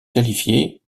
qualifiés